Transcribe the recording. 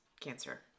cancer